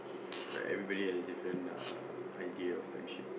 but everybody has different uh idea of friendship